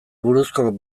buruzko